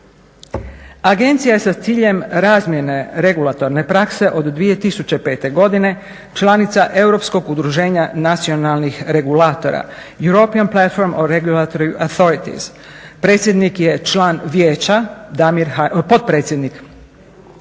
Agencija je sa ciljem razmjene regulatorne prakse od 2005. godine članica Europskog udruženja nacionalnih regulatora …/Govornica govori engleski, ne razumije se./… Predsjednik je član Vijeća, potpredsjednik